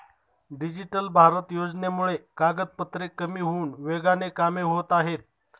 digital Bharat योजनेमुळे कागदपत्रे कमी होऊन वेगाने कामे होत आहेत